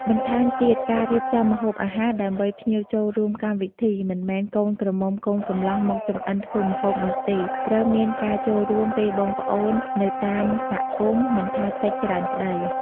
បន្ថែមទៀតការរៀបចំម្ហូបអាហារដើម្បីភ្ញៀវចូលរួមកម្មវិធី មិនមែនកូនក្រមុំកូនកម្លោះមកចម្អិនធ្វើម្ហូបនោះទេ ត្រូវមានការចូលរួមពេលបងប្អូននៅតាមសហគមន៍មិនថាតិចច្រើនក្តី។